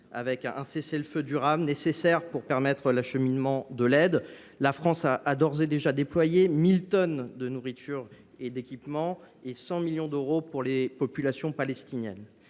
et cessez le feu durable – il est nécessaire pour permettre l’acheminement de l’aide. La France a d’ores et déjà déployé 1 000 tonnes de nourriture et d’équipements et 100 millions d’euros pour les populations palestiniennes.